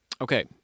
Okay